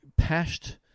pashed